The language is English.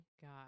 god